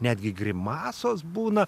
netgi grimasos būna